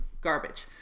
garbage